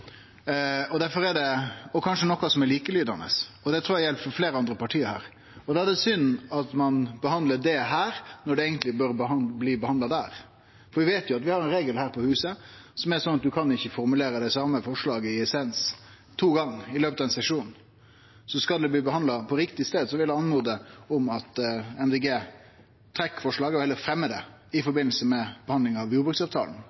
og kanskje ha noko som er likelydande, og det trur eg gjeld for fleire andre parti her. Da er det synd at ein behandlar det her når det eigentleg bør bli behandla der, for vi veit jo at vi har ein regel her på huset som er sånn at ein ikkje kan formulere det same forslaget – i essens – to gonger i løpet av ein sesjon. Så skal det bli behandla på riktig stad, vil eg oppmode Miljøpartiet Dei Grøne til å trekkje forslaga og heller fremje dei i forbindelse med behandlinga av jordbruksavtalen,